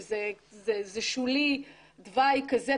שזה שולי תוואי כזה,